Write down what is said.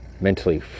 mentally